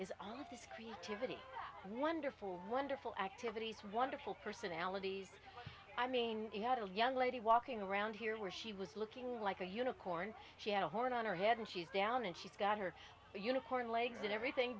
this creativity and wonderful wonderful activities wonderful personalities i mean you had a young lady walking around here where she was looking like a unicorn she had a horn on her head and she's down and she's got her unicorn legs and everything